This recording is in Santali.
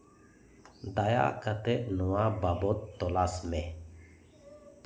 ᱫᱟᱭᱟ ᱠᱟᱛᱮᱫ ᱱᱚᱶᱟ ᱵᱟᱵᱚᱫ ᱛᱚᱞᱟᱥ ᱢᱮ